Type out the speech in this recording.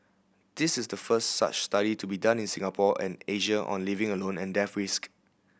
this is the first such study to be done in Singapore and Asia on living alone and death risk